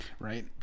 right